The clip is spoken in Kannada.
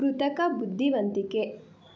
ಕೃತಕ ಬುದ್ಧಿವಂತಿಕೆ